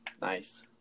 Nice